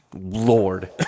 Lord